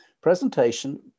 Presentation